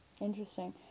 Interesting